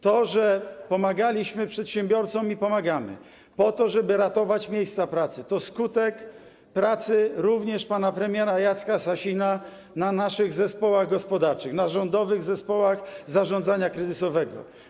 To, że pomagaliśmy przedsiębiorcom i pomagamy, po to żeby ratować miejsca pracy, to skutek pracy również pana premiera Jacka Sasina w naszych zespołach gospodarczych, w rządowych zespołach zarządzania kryzysowego.